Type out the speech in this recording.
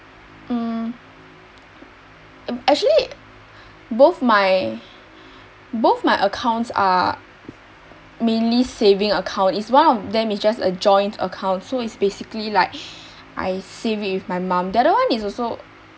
mm actually both my both my accounts are mainly saving account is one of them is just a joint account so is basically like I save it with my mom the other one is also